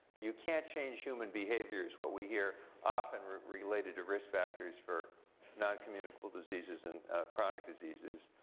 you can't change human behavior is what we hear often related to risk factors for noncommunicable diseases and chronic diseases,